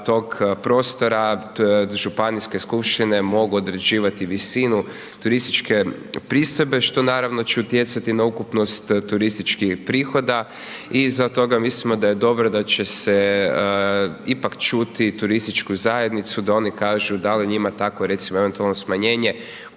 tog prostora, županijske skupštine mogu određivati visinu turističke pristojbe, što naravno će utjecati na ukupnost turističkih prihoda i iza toga mislimo da je dobro da će se ipak čuti turističku zajednicu da oni kažu da li je njima takvo recimo eventualno smanjenje